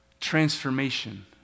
transformation